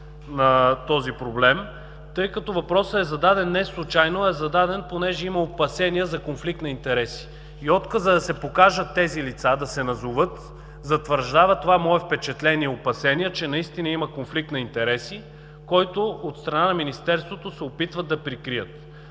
на този проблем, тъй като въпросът е зададен неслучайно, а е зададен, понеже има опасения за конфликт на интереси и отказът да се покажат тези лица, да се назоват, затвърждава това мое впечатление и опасение, че наистина има конфликт на интереси, който от страна на Министерството, се опитват да прикрият.